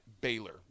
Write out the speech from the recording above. Baylor